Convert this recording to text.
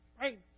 right